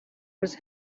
was